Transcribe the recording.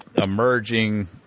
emerging